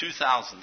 2000